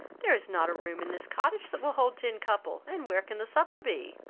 there is not a room in this cottage that will hold ten couple, and where can the supper be